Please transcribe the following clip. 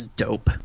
dope